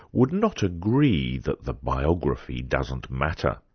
would not agree that the biography doesn't matter.